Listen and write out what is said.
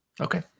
Okay